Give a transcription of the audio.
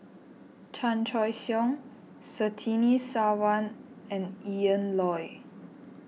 Chan Choy Siong Surtini Sarwan and Ian Loy